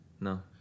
No